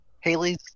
Haley's